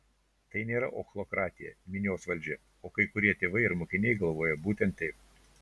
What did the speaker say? tai nėra ochlokratija minios valdžia o kai kurie tėvai ir mokiniai galvoja būtent taip